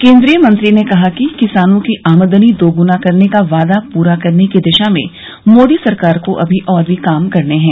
केंद्रीय मंत्री ने कहा कि किसानों की आमदनी दोगुना करने का वादा पूरा करने की दिशा में मोदी सरकार को अभी और भी काम करने हैं